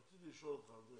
רציתי לשאול אותך, אנדרי,